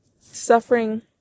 Suffering